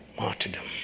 martyrdom